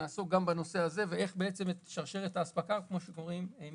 נעסוק גם בנושא הזה, ואיך שרשרת האספקה מרגע